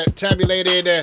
tabulated